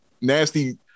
nasty